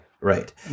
right